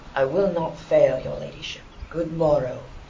i will not fail your ladyship. good morrow,